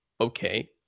Okay